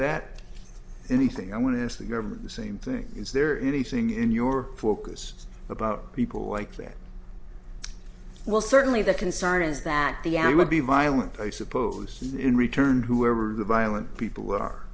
that anything i want to ask the government the same thing is there anything in your focus about people like that well certainly the concern is that the arab would be violent i suppose in return whoever the violent people